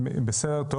בסדר,